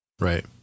right